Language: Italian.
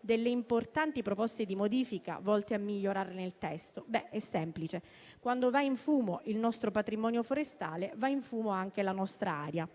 delle importanti proposte di modifica volte a migliorarne il testo? È semplice; quando va in fumo il nostro patrimonio forestale, va in fumo anche la nostra aria.